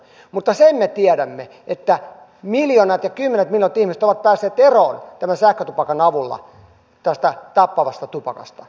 mutta sen me tiedämme että miljoonat ja kymmenet miljoonat ihmiset ovat päässeet sähkötupakan avulla eroon tästä tappavasta tupakasta